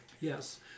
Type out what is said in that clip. Yes